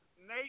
Nate